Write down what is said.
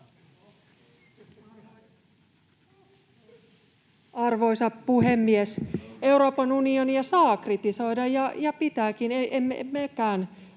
Arvoisa puhemies! Euroopan unionia saa kritisoida ja pitääkin. Emme mekään